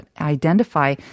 identify